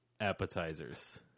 appetizers